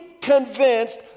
convinced